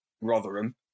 Rotherham